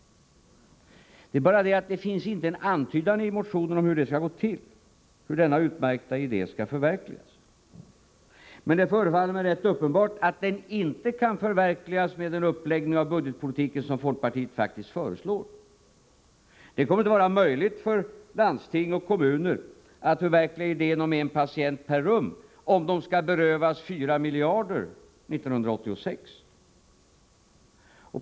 Det är bara det att det inte finns en antydan i motionen om hur det skall gå till, hur denna utmärkta idé skall förverkligas. Det förefaller mig rätt uppenbart att den inte kan förverkligas med den uppläggning av budgetpolitiken som folkpartiet faktiskt föreslår. Det kommer inte att vara möjligt för landsting och kommuner att förverkliga idén om en patient per rum, om de skall berövas 4 miljarder 1986.